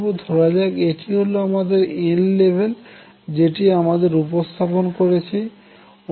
ধরা যাক এটি হল আমাদের n লেভেল যেটি আমার উপস্থাপন করছি